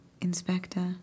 Inspector